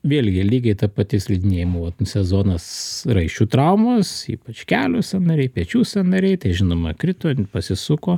vėlgi lygiai ta pati slidinėjimo sezonas raiščių traumos ypač kelių sąnariai pečių sąnariai tai žinoma krito pasisuko